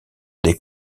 des